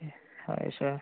হয় ছাৰ